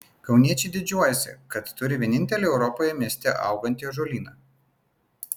kauniečiai didžiuojasi kad turi vienintelį europoje mieste augantį ąžuolyną